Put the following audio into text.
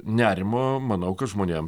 nerimo manau kad žmonėm